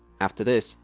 after this,